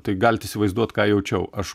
tai galit įsivaizduot ką jaučiau aš